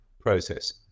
process